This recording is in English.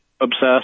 obsessed